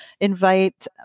invite